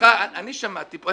אני שמעתי פה.